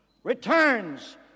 returns